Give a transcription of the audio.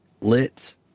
lit